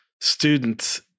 students